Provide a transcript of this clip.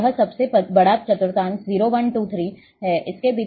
यह सबसे बड़ा चतुर्थांश 0 1 2 3 है